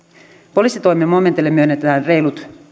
poliisitoimen momentille myönnetään reilut